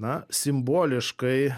na simboliškai